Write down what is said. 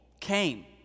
came